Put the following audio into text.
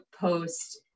post